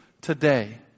today